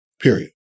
period